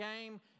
game